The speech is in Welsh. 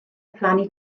plannu